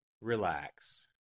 Relax